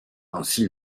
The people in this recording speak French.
ainsi